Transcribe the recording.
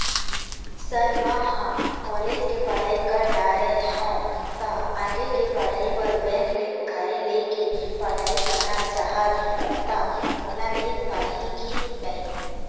Sir म ह college के पढ़ाई कर दारें हों ता आगे के पढ़ाई बर बैंक ले उधारी ले के पढ़ाई करना चाहत हों ता मोला मील पाही की नहीं?